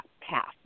path